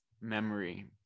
memory